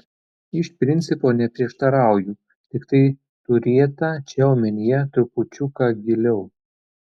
iš principo neprieštarauju tiktai turėta čia omenyje trupučiuką giliau